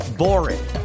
boring